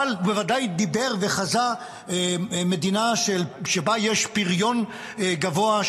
אבל הוא בוודאי דיבר וחזה מדינה שבה יש פריון גבוה,